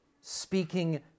speaking